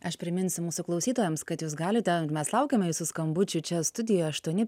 aš priminsiu mūsų klausytojams kad jūs galite mes laukiame jūsų skambučių čia studijoje aštuoni